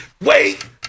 wait